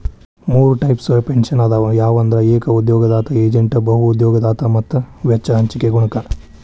ಮೂರ್ types pension ಅದಾವ ಯಾವಂದ್ರ ಏಕ ಉದ್ಯೋಗದಾತ ಏಜೇಂಟ್ ಬಹು ಉದ್ಯೋಗದಾತ ಮತ್ತ ವೆಚ್ಚ ಹಂಚಿಕೆ ಗುಣಕ